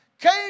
came